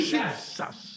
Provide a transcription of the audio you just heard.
Jesus